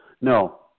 No